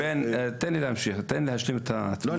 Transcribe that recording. תן לי להמשיך, תן לי להשלים את התמונה.